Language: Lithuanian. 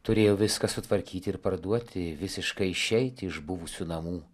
turėjau viską sutvarkyti ir parduoti visiškai išeiti iš buvusių namų